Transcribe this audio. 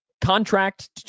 contract